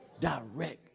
direct